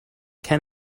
can